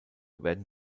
werden